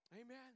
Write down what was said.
Amen